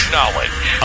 Knowledge